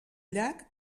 llac